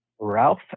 Ralph